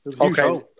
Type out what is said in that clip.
Okay